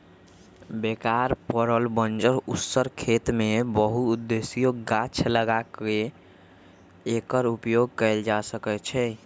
बेकार पड़ल बंजर उस्सर खेत में बहु उद्देशीय गाछ लगा क एकर उपयोग कएल जा सकै छइ